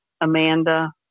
Amanda